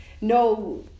no